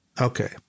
Okay